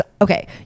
okay